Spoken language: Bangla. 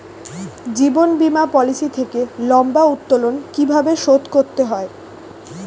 জীবন বীমা পলিসি থেকে লম্বা উত্তোলন কিভাবে শোধ করতে হয়?